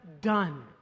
done